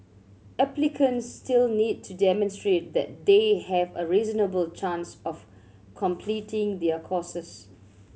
applicants still need to demonstrate that they have a reasonable chance of completing their courses